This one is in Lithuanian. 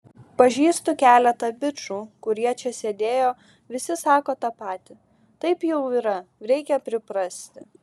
pažįstu keletą bičų kurie čia sėdėjo visi sako tą patį taip jau yra reikia priprasti